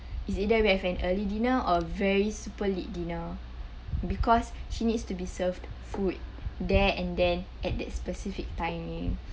is either we have an early dinner or very super late dinner because she needs to be served food there and then at that specific timing